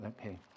Okay